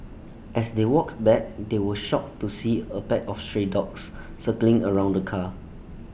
as they walked back they were shocked to see A pack of stray dogs circling around the car